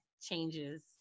changes